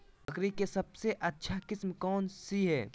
बकरी के सबसे अच्छा किस्म कौन सी है?